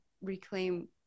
reclaim